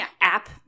app